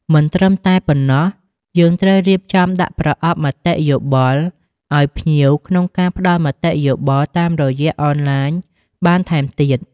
មិនត្រឹមតែប៉ុណ្ណោះ យើងត្រូវរៀបចំដាក់ប្រអប់មតិយោបល់អោយភ្ញៀវក្នុងការផ្តល់មតិយោបល់តាមរយៈអនឡាញបានថែមទៀត។